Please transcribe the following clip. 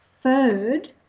third